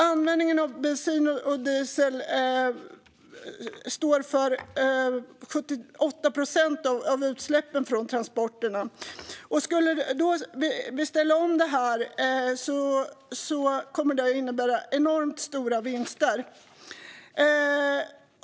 Användningen av bensin och diesel står för 78 procent av utsläppen från transporterna. Om vi skulle ställa om kommer det att innebära enormt stora vinster.